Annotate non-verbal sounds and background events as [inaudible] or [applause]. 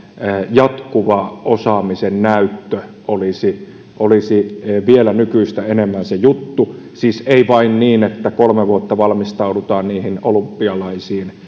jatkuva osaamisen näyttö olisi olisi vielä nykyistä enemmän se juttu siis ei vain niin että kolme vuotta valmistaudutaan niihin olympialaisiin [unintelligible]